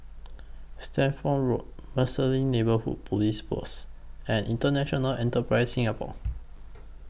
Stamford Road Marsiling Neighbourhood Police Post and International Enterprise Singapore